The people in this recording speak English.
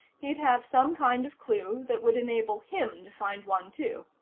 he'd have some kind of clue that would enable him to find one, too.